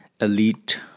elite